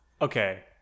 Okay